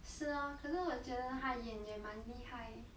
是 lor 可是我觉得她演也蛮厉害